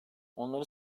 onları